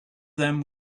them